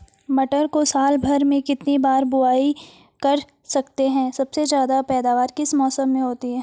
मटर को साल भर में कितनी बार बुआई कर सकते हैं सबसे ज़्यादा पैदावार किस मौसम में होती है?